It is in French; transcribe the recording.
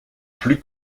plus